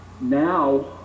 now